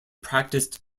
practiced